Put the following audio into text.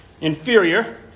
inferior